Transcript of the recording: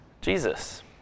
Jesus